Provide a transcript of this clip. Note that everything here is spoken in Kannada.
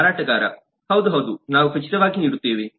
ಮಾರಾಟಗಾರ ಹೌದು ಹೌದು ನಾವು ಖಚಿತವಾಗಿ ನೀಡುತ್ತೇವೆ